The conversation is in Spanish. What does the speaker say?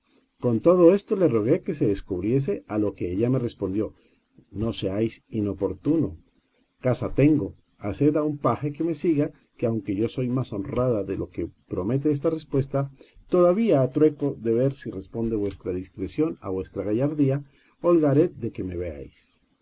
con todo esto le rogué que se descubriese a lo que ella me respondió no seáis importuno casa tengo haced a un paje que me siga que aunque yo soy más honrada de lo que promete esta respuesta toda vía a trueco de ver si responde vues tra discreción a vuestra gallardía holgaré de que me veáis